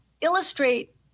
illustrate